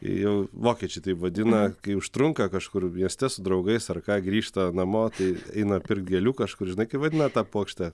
jau vokiečiai taip vadina kai užtrunka kažkur mieste su draugais ar ką grįžta namo tai eina pirkt gėlių kažkur žinai kaip vadina tą puokštę